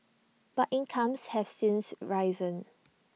but incomes have since risen